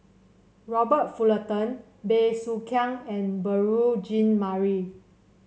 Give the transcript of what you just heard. Robert Fullerton Bey Soo Khiang and Beurel Jean Marie